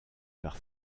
par